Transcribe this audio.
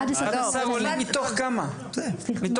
11 עולים מתוך כמה מתאבדים?